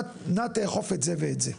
נא תאכוף את זה ואת זה,